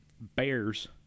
bears